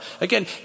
Again